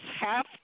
half